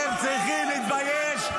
אתם צריכים להתבייש.